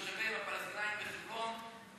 עם הפלסטינים בחברון,